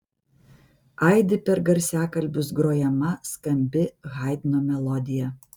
aidi per garsiakalbius grojama skambi haidno melodija